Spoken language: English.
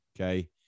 okay